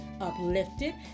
uplifted